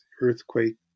earthquake